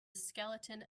skeleton